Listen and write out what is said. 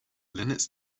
linux